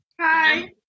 Hi